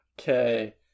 okay